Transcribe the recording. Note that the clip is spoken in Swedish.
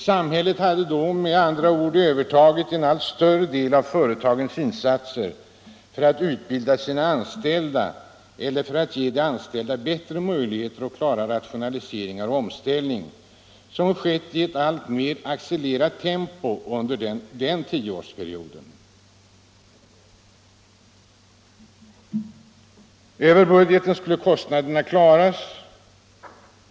Samhället hade med andra ord övertagit en allt större del av företagens insatser för att utbilda sina anställda eller för att ge de anställda bättre möjligheter att klara rationaliseringar och omställningar som skett i ett alltmer accelererat tempo under den tioårsperioden. Över budgeten skulle kostnaderna klaras.